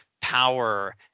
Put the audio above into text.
power